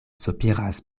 sopiras